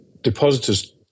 depositors